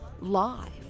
live